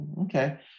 Okay